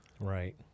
right